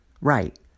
right